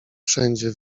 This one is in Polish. wszędzie